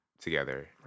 together